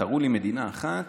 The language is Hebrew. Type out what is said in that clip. ותראו לי מדינה אחת,